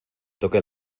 toque